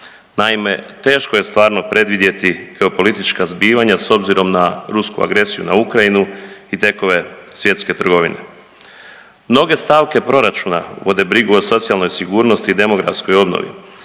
Naime, teško je stvarno predvidjeti geopolitička zbivanja s obzirom na rusku agresiju na Ukrajinu i tekove svjetske trgovine. Mnoge stavke proračuna vode brigu o socijalnoj sigurnosti i demografskoj obnovi,